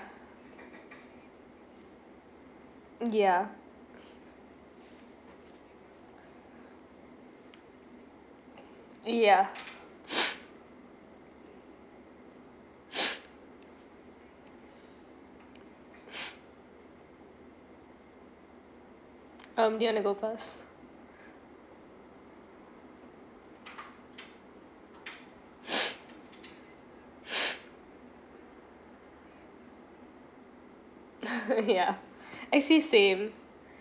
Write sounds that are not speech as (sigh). yeah yeah (breath) um do you want to go first (laughs) yeah actually same